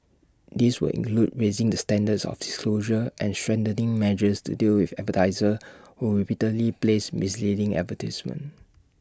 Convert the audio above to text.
this would include raising the standards of disclosure and strengthening measures to deal with advertisers who repeatedly place misleading advertisements